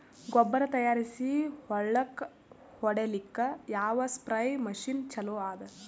ಗೊಬ್ಬರ ತಯಾರಿಸಿ ಹೊಳ್ಳಕ ಹೊಡೇಲ್ಲಿಕ ಯಾವ ಸ್ಪ್ರಯ್ ಮಷಿನ್ ಚಲೋ ಅದ?